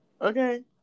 Okay